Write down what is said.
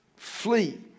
Flee